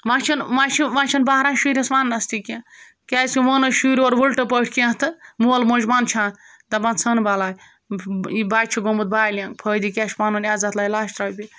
وۄنۍ چھِنہٕ وَنۍ چھِ وۄنۍ چھِنہٕ بہران شُرِس وَننَس تہِ کینٛہہ کیٛازِکہِ ووٚنَے شُرۍ اورٕ وٕلٹہٕ پٲٹھۍ کینٛہہ تہٕ مول موج منٛدچھان دَپان ژھٕن بَلاے یہِ بَچہِ چھِ گوٚمُت بالیغ فٲیِدٕ کیٛاہ چھُ پَنُن عزت لَوِ لَچھ رۄپیہِ